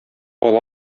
ала